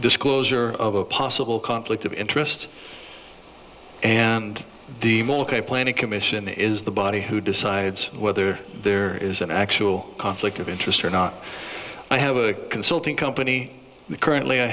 disclosure of a possible conflict of interest and the milk a planning commission is the body who decides whether there is an actual conflict of interest or not i have a consulting company currently i